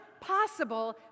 possible